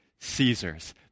Caesars